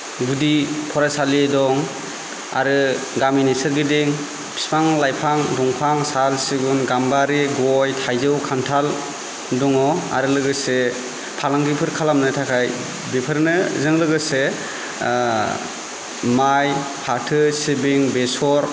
गुदि फरायसालि दं आरो गामिनि सोरगिदिं बिफां लाइफां दंफां साल सिगुन गाम्बारि गय थाइजौ खान्थाल दङ आरो लोगोसे फालांगिफोर खालामनो थाखाय बेफोरजों लोगोसे माइ फाथो सिबिं बेसर